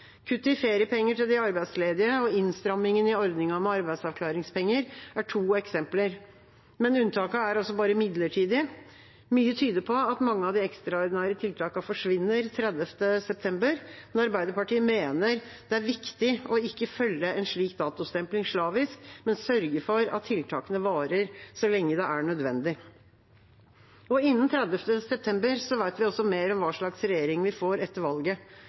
Kutt i feriepenger til de arbeidsledige og innstrammingen i ordningen med arbeidsavklaringspenger er to eksempler. Men unntakene er altså bare midlertidige. Mye tyder på at mange av de ekstraordinære tiltakene forsvinner 30. september. Arbeiderpartiet mener det er viktig ikke å følge en slik datostempling slavisk, men sørge for at tiltakene varer så lenge det er nødvendig. Innen 30. september vet vi også mer om hva slags regjering vi får etter valget.